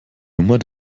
nummer